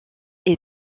est